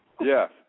Yes